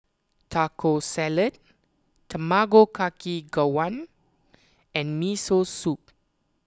Taco Salad Tamago Kake Gohan and Miso Soup